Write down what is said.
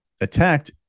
attacked